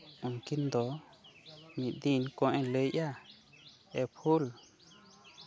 ᱩᱱᱠᱤᱱ ᱫᱚ ᱢᱤᱫ ᱫᱤᱱ ᱠᱚᱜᱼᱮ ᱞᱟᱹᱭᱮᱜᱼᱟ ᱮ ᱯᱷᱩᱞ